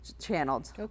channeled